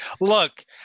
look